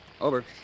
Over